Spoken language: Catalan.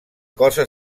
cosa